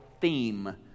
theme